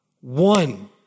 one